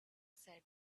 said